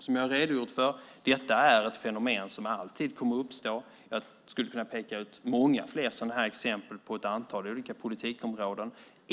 Som jag redogjort för är detta ett fenomen som alltid kommer att uppstå. Jag skulle kunna peka ut många fler exempel på ett antal olika politikområden.